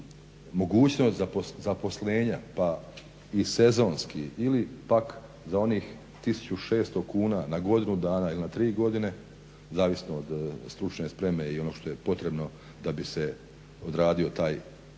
ta mogućnost zaposlenja pa i sezonski ili pak za onih 1600 kuna na godinu dana ili na tri godine zavisno od stručne spreme i onog što je potrebno da bi se odradio taj propisani